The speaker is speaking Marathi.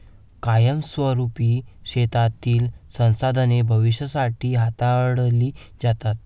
कायमस्वरुपी शेतीतील संसाधने भविष्यासाठी हाताळली जातात